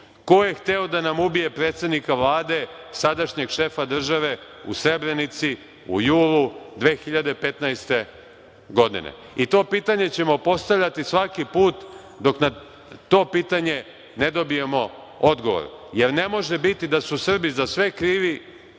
ko je hteo da nam ubije predsednika Vlade, sadašnjeg šefa države u Srebrenici, u julu 2015. godine? To pitanje ćemo postavljati svaki put, dok na to pitanje ne dobijemo odgovor. Jer ne može biti da su Srbi za sve krivi,